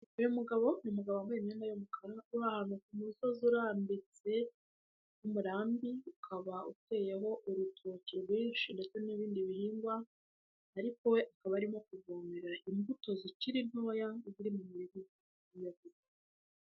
Uyugabo umugabo, ni umugabo wambaye imyenda y'umukara uri ahantu ku musozi urambutse, umurambi ukaba uteyeho urutoki rwinshi ndetse n'ibindi bihingwa, ariko we aba arimo kuvomera imbuto zikiri ntoya buri mu mubiri.